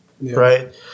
right